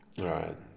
right